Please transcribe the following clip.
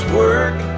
work